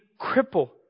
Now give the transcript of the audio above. cripple